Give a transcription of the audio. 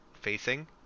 facing